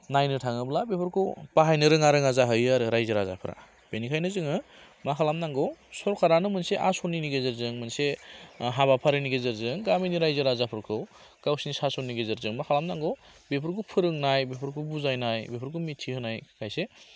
नायनो थाङोब्ला बेफोरखौ बाहायनो रोङा रोङा जाहैयो आरो राइजो राजाफ्रा बेनिखायनो जोङो मा खालामनांगौ सरखारानो मोनसे आस'निनि गेजेरजों मोनसे हाबाफारिनि गेजेरजों गामिनि रायजो राजाफोरखौ गावसिनि सास'ननि गेजेरजों मा खालामनांगौ बेफोरखौ फोरोंनाय बेफोरखौ बुजायनाय बेफोरखौ मिथिहोनाय खायसे